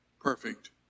perfect